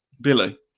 Billy